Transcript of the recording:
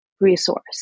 resource